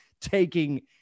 taking